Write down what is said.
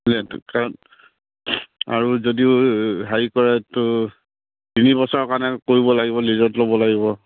কাৰণ আৰু যদিও হেৰি কৰে তোৰ তিনি বছৰ কাৰণে কৰিব লাগিব লিজত ল'ব লাগিব